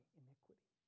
iniquity